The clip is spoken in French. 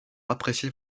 appréciée